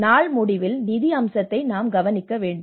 நாள் முடிவில் நிதி அம்சத்தை நாம் கவனிக்க வேண்டும்